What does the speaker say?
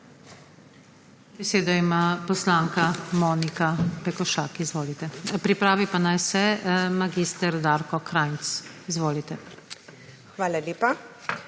Hvala lepa.